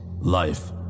life